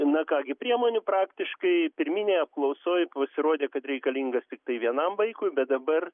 na ką gi priemonių praktiškai pirminėje apklausoj pasirodė kad reikalingas tiktai vienam vaikui bet dabar